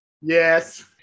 Yes